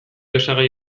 osagai